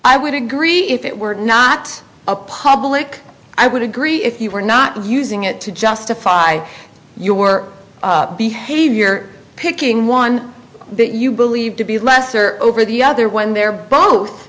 i would agree if it were not a public i would agree if you were not using it to justify your behavior picking one that you believe to be lesser over the other when they're both